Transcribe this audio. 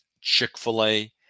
Chick-fil-A